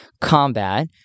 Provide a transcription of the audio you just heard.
combat